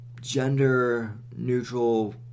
gender-neutral